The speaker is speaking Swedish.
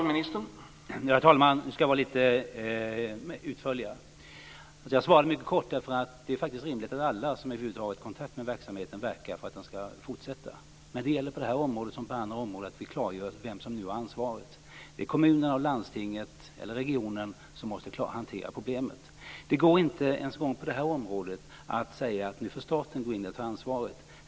Herr talman! Jag skall vara lite utförligare nu. Jag svarade mycket kort därför att det är rimligt att alla som över huvud taget har kontakt med verksamheten verkar för att den skall fortsätta. Det gäller på det här området som på andra områden att vi klargör vem som nu har ansvaret. Det är kommunerna och landstinget, eller regionen, som måste klara att hantera problemet. Det går inte ens en gång på det här området att säga att staten får gå in och ta ansvaret.